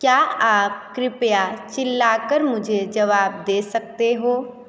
क्या आप कृपया चिल्ला कर मुझे जवाब दे सकते हो